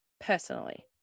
personally